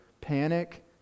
panic